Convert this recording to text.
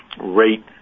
rate